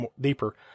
deeper